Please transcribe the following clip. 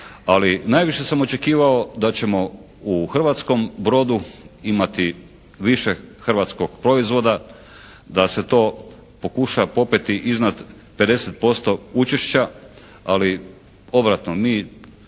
najviše sam očekivao da ćemo u hrvatskom brodu imati više hrvatskog proizvoda, da se to pokuša popeti iznad 50% učešća. Ali obratno, mi